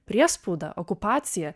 priespaudą okupaciją